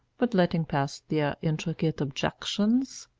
but, letting pass their intricate objections,